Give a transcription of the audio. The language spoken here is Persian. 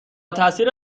تاثیر